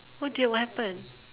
oh dear what happen